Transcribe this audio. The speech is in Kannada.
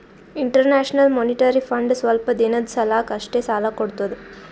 ಇಂಟರ್ನ್ಯಾಷನಲ್ ಮೋನಿಟರಿ ಫಂಡ್ ಸ್ವಲ್ಪ್ ದಿನದ್ ಸಲಾಕ್ ಅಷ್ಟೇ ಸಾಲಾ ಕೊಡ್ತದ್